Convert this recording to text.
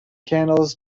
candles